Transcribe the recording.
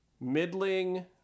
middling